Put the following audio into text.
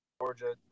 georgia